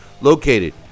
located